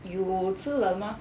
有吃了吗